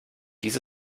dies